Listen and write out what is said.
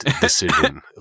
decision